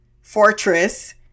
fortress